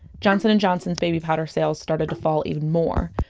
johnson and johnson's baby powder sales started to fall even more,